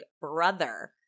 brother